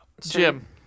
Jim